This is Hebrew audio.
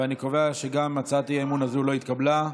ואני קובע שגם הצעת האי-אמון הזו לא התקבלה.